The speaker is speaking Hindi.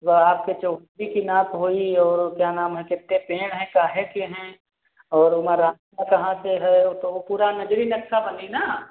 वा आपके चउकसी के नाप होई और वो क्या नाम है कितने पेंड़ हैं काहे के हैं और ओमा रास्ता कहाँ से है वो तो ओ पूरा नजरी नक्शा बनी न